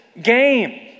game